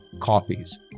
coffees